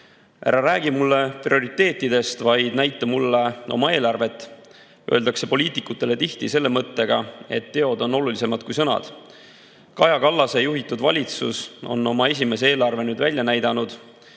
"Ära räägi mulle prioriteetidest, vaid näita mulle oma eelarvet!" öeldakse poliitikutele tihti selle mõttega, et teod on olulisemad kui sõnad. Kaja Kallase juhitud valitsus on oma esimese eelarve nüüd välja näidanud.